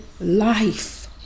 life